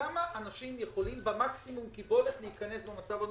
כמה אנשים יכולים במקסימום הקיבולת להיכנס לאתר?